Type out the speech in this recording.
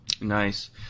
nice